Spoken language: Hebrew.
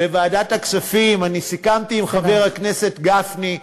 אני סיכמתי עם חבר הכנסת גפני,